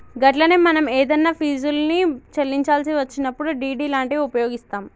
గట్లనే మనం ఏదన్నా ఫీజుల్ని చెల్లించాల్సి వచ్చినప్పుడు డి.డి లాంటివి ఉపయోగిస్తాం